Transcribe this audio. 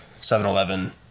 7-Eleven